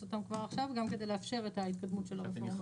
אותם כבר עכשיו גם כדי לאפשר את ההתקדמות של הרפורמה.